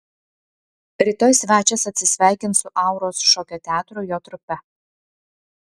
rytoj svečias atsisveikins su auros šokio teatru jo trupe